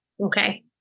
Okay